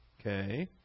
okay